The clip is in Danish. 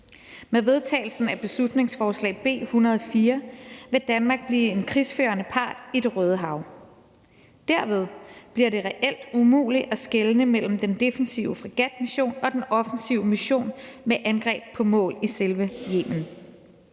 Med vedtagelsen af beslutningsforslag B 104 vil Danmark blive en krigsførende part i Det Røde Hav. Derved bliver det reelt umuligt at skelne mellem den defensive fregatmission og den offensive mission med angreb på mål i selve Yemen.